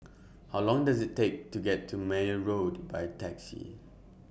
How Long Does IT Take to get to Meyer Road By Taxi